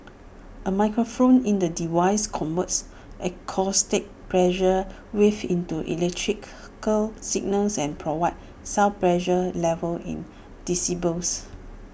A microphone in the device converts acoustic pressure waves into electrical signals and provides sound pressure levels in decibels